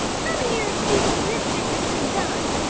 come here and see what mischief has been done!